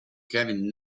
kevin